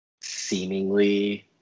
seemingly